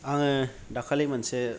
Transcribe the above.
आङो दाखालि मोनसे